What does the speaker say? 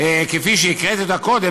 כפי שהקראתי אותה קודם,